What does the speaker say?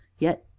yet,